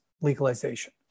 legalization